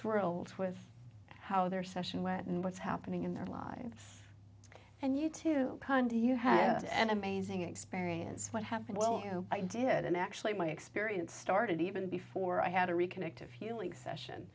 thrilled with how their session went and what's happening in their lives and you too can do you had an amazing experience what happened well i didn't actually my experience started even before i had to reconnect a feeling session